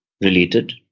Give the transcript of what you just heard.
related